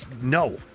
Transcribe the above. no